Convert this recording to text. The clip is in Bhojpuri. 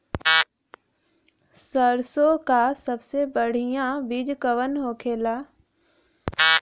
सरसों का सबसे बढ़ियां बीज कवन होखेला?